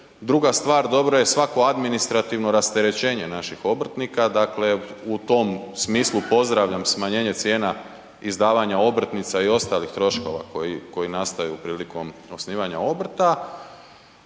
Druga stvar, dobro je svako administrativno rasterečenje naših obrtnika. Dakle u tom smislu pozdravljam smanjenje cijena izdavanja obrtnica i ostalih troškova koji nastaju prilikom osnivanja obrta.